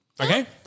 Okay